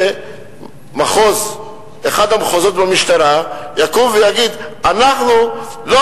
אחד המחוזות במשטרה יקום ויגיד: אנחנו לא